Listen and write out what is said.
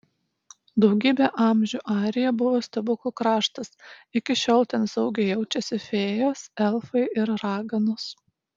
daugybę amžių airija buvo stebuklų kraštas iki šiol ten saugiai jaučiasi fėjos elfai ir raganos